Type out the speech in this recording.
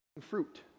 fruit